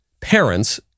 Parents